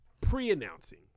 pre-announcing